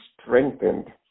strengthened